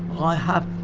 i have